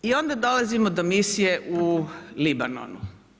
I onda dolazimo do misije u Libanonu.